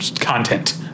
content